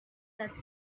that